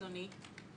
אדוני,